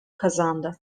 kazandı